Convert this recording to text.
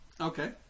Okay